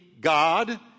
God